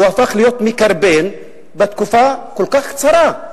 הוא הפך להיות מקרבֵּן בתקופה כל כך קצרה.